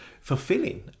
fulfilling